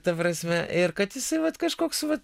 ta prasme kad jisai vat kažkoks va